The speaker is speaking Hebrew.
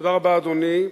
תודה רבה, אדוני.